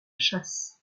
chasse